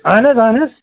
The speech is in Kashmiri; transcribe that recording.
اَہَن حظ اَہَن حظ